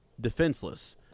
defenseless